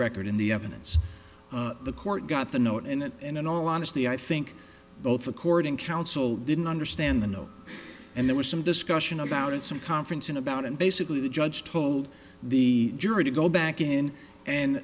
record in the evidence the court got the note in it and in all honesty i think both according counsel didn't understand the note and there was some discussion about it some conference in about and basically the judge told the jury to go back in and